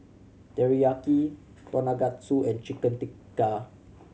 Teriyaki Tonkatsu and Chicken Tikka